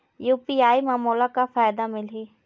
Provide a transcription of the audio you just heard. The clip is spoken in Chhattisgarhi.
यू.पी.आई म मोला का फायदा मिलही?